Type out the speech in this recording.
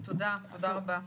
תודה רבה.